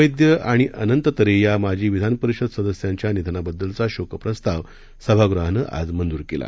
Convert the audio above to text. वैद्य आणि अनंत तरे या माजी विधानपरिषद सदस्यांच्या निधनाबद्दलचा शोकप्रस्ताव सभागृहानं आज मंजूर केला